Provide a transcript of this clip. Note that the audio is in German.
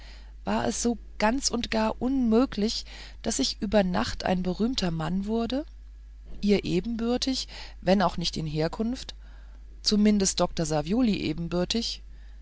war es so ganz und gar unmöglich daß ich über nacht ein berühmter mann wurde ihr ebenbürtig wenn auch nicht an herkunft zumindest dr savioli ebenbürtig